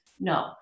No